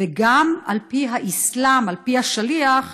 וגם על פי האסלאם, על פי השליח,